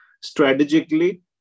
strategically